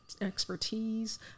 expertise